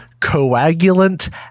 coagulant